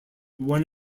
one